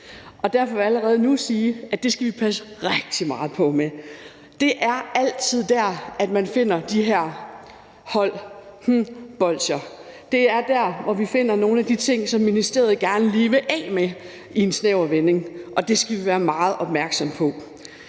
derfor vil jeg allerede nu sige, at det skal vi passe rigtig meget på med. Det er altid der, hvor man finder de her hold mund-bolsjer. Det er der, hvor vi finder nogle af de ting, som ministeriet gerne lige vil af med i en snæver vending, og det skal vi være meget opmærksom på.